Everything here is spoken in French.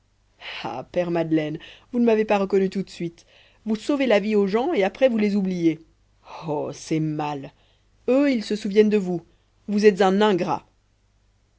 père madeleine vous ne m'avez pas reconnu tout de suite vous sauvez la vie aux gens et après vous les oubliez oh c'est mal eux ils se souviennent de vous vous êtes un ingrat